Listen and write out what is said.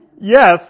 yes